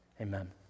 Amen